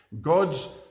God's